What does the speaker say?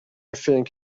think